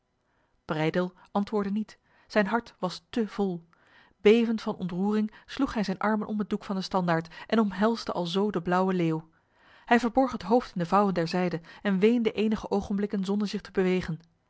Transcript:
breydel antwoordde niet zijn hart was te vol bevend van ontroering sloeg hij zijn armen om de doek van de standaard en omhelsde alzo de blauwe leeuw hij verborg het hoofd in de vouwen der zijde en weende enige ogenblikken zonder zich te bewegen